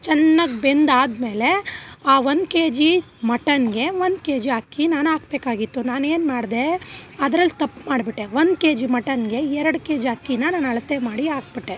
ಚೆನ್ನಾಗ್ ಬೆಂದಾದಮೇಲೆ ಆ ಒಂದು ಕೆಜಿ ಮಟನ್ಗೆ ಒಂದು ಕೆಜಿ ಅಕ್ಕಿ ನಾನು ಹಾಕ್ಬೇಕಾಗಿತ್ತು ನಾನೇನು ಮಾಡಿದೆ ಅದ್ರಲ್ಲಿ ತಪ್ಪು ಮಾಡಿಬಿಟ್ಟೆ ಒಂದು ಕೆಜಿ ಮಟನ್ಗೆ ಎರಡು ಕೆಜಿ ಅಕ್ಕಿ ನಾನು ಅಳತೆ ಮಾಡಿ ಹಾಕ್ಬಿಟ್ಟೆ